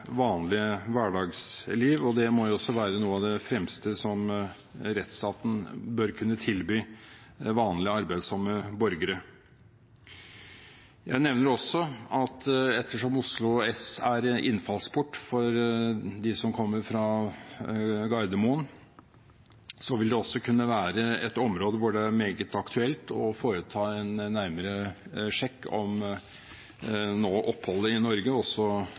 vanlige hverdagsliv, og det må også være noe av det fremste som rettsstaten bør kunne tilby vanlige, arbeidsomme borgere. Jeg nevner også at ettersom Oslo S er innfallsport for dem som kommer fra Gardermoen, vil det også kunne være et område hvor det er meget aktuelt å foreta en nærmere sjekk av om oppholdet i Norge